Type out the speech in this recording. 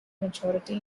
majority